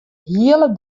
hiele